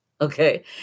Okay